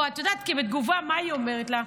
ואת יודעת בתגובה מה היא אומרת לה?